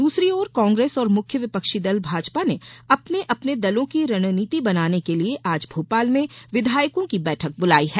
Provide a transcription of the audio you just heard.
दूसरी ओर कांग्रेस और मुख्य विपक्षी दल भाजपा ने अपने अपने दलों की रणनीति बनाने के लिए आज भोपाल में विधायकों की बैठक बुलाई है